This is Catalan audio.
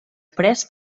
pres